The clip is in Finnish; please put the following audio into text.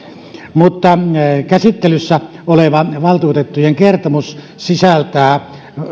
käsittelyssä oleva valtuutettujen kertomus sisältää